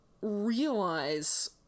realize